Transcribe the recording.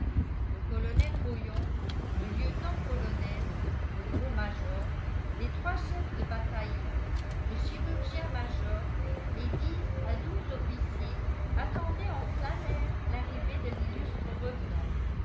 le colonel rollon le lieutenant-colonel le gros major les trois chefs de bataillon le chirurgien-major et dix à douze officiers attendaient en plein air l'arrivée de l'illustre revenant